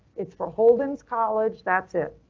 it's for holden's college. that's it.